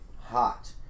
hot